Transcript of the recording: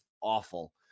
awful